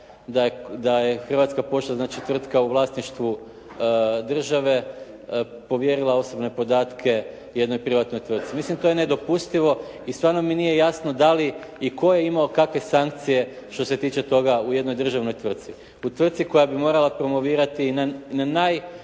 Hrvatska pošta znači tvrtka u vlasništvu države povjerila osobne podatke jednoj privatnoj tvrtci. Mislim to je nedopustivo, i stvarno mi nije jasno da li i tko je imao kakve sankcije što se tiče toga u jednoj državnoj tvrtci. U tvrtci koja bi morala promovirati na najtransparentniji